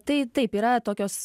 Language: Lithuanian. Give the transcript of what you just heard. tai taip yra tokios